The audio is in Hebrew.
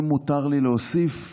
אם מותר לי להוסיף.